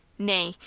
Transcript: nay,